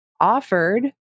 offered